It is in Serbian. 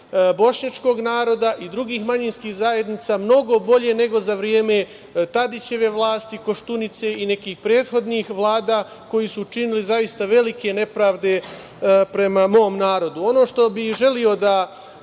bošnjačkog naroda i drugih manjinskih zajednica mnogo bolje nego za vreme Tadićeve vlasti, Koštunice i nekih prethodnih vlada koji su učinili zaista velike nepravde prema mom narodu. Ono što bih želeo da